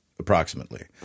approximately